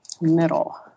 middle